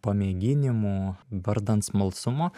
pamėginimu vardan smalsumo